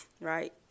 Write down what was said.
right